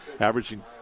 averaging